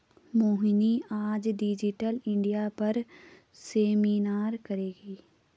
मोहिनी आज digital India पर seminar करेगी